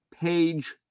Page